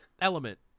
element